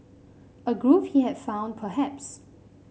a groove he had found perhaps